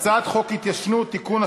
הצעת חוק ההתיישנות (תיקון,